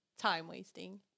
Time-wasting